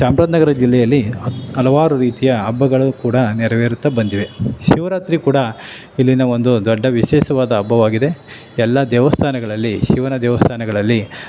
ಚಾಮರಾಜನಗರ ಜಿಲ್ಲೆಯಲ್ಲಿ ಹಲವಾರು ರೀತಿಯ ಹಬ್ಬಗಳು ಕೂಡ ನೆರವೇರುತ್ತಾ ಬಂದಿವೆ ಶಿವರಾತ್ರಿ ಕೂಡ ಇಲ್ಲಿನ ಒಂದು ದೊಡ್ಡ ವಿಶೇಷವಾದ ಹಬ್ಬವಾಗಿದೆ ಎಲ್ಲ ದೇವಸ್ಥಾನಗಳಲ್ಲಿ ಶಿವನ ದೇವಸ್ಥಾನಗಳಲ್ಲಿ